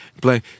play